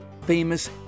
famous